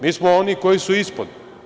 Mi smo oni koji su ispod.